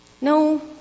No